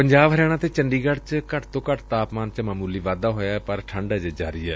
ਪੰਜਾਬ ਹਰਿਆਣਾ ਤੇ ਚੰਡੀਗੜ ਚ ਘੱਟ ਤੋ ਘੱਟ ਤਾਪਮਾਨ ਚ ਮਾਮੁਲੀ ਵਾਧਾ ਹੋਇਐ ਪਰ ਠੰਢ ਅਜੇ ਵੀ ਜਾਰੀ ਏ